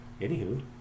Anywho